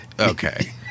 okay